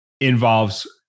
involves